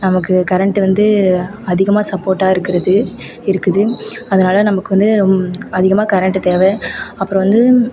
நமக்கு கரெண்ட்டு வந்து அதிகமாக சப்போர்ட்டாக இருக்கிறது இருக்குது அதனால நமக்கு வந்து ரொம்ப அதிகமாக கரெண்ட்டு தேவை அப்புறம் வந்து